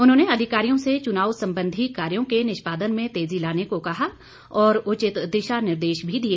उन्होंने अधिकारियों से चुनाव संबंधी कार्यों के निष्पादन में तेजी लाने को कहा और उचित दिशा निर्देश भी दिए